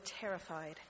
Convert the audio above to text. terrified